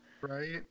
Right